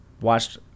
watched